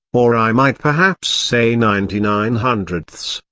or i might perhaps say ninety-nine hundredths,